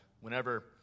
whenever